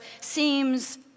seems